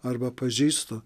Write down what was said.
arba pažįstu